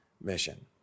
mission